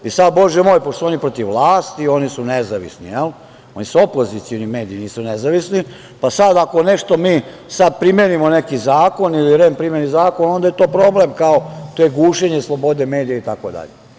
I, sad, Bože moj, pošto su oni protiv vlasti oni su nezavisni, jel, oni su opozicioni mediji nisu nezavisni, pa sad ako mi primenimo neki zakon ili REM primeni zakon, onda je to problem, kao to je gušenje slobode medija itd.